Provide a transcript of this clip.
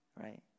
right